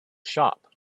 shop